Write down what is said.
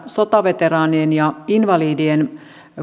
sotaveteraanien ja invalidien